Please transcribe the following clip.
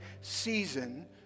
season